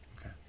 Okay